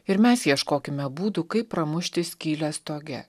ir mes ieškokime būdų kaip pramušti skylę stoge